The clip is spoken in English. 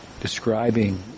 describing